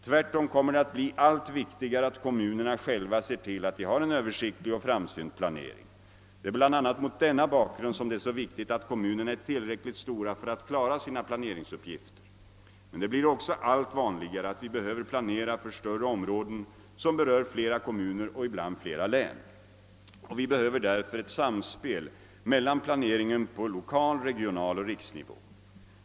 Tvärtom kommer det att bli allt viktigare att kommunerna själva ser till att de har en översiktlig och framsynt planering. Det är bl.a. mot denna bakgrund som det är så viktigt att kommunerna är tillräckligt stora för att klara sina planeringsuppgifter: Men det blir också allt vanligare, att vi behöver planera för större områden, som berör flera kommuner och ibland flera län, och vi behöver därför ett samspel mellan planeringen på lokal, regional och riksnivå.